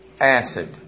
acid